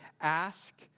Ask